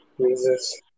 Jesus